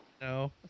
No